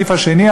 הסעיף השני,